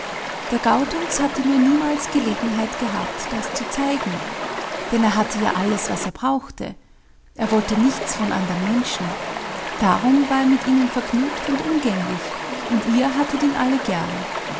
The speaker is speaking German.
der gaudenz hatte nur niemals gelegenheit gehabt das zu zeigen denn er hatte ja alles was er brauchte er wollte nichts von anderen menschen darum war er mit ihnen vergnügt und umgänglich und ihr hattet ihn alle gern